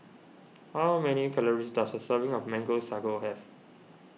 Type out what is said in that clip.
how many calories does a serving of Mango Sago have